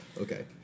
Okay